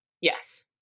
Yes